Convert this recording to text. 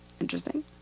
Interesting